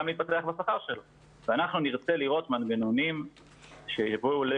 להתפתח בשכר שלו ואנחנו נרצה לראות מנגנונים שיבואו לידי